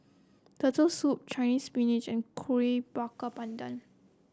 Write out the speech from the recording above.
Turtle Soup Chinese Spinach and Kuih Bakar Pandan